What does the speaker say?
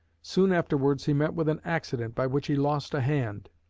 soon afterwards he met with an accident by which he lost a hand.